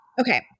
okay